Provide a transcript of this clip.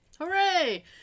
Hooray